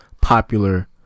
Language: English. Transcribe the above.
popular